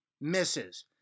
Misses